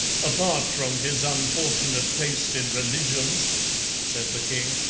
apart from his unfortunate taste in religions said the king,